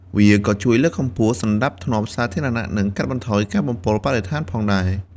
វាក៏ជួយលើកកម្ពស់សណ្តាប់ធ្នាប់សាធារណៈ និងកាត់បន្ថយការបំពុលបរិស្ថានផងដែរ។